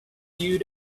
you